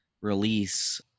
release